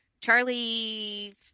Charlie